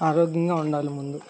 ఆరోగ్యంగా ఉండాలి ముందు